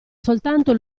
soltanto